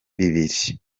bibiri